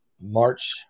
March